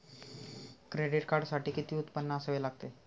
Credit कार्डसाठी किती उत्पन्न असावे लागते?